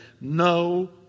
no